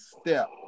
step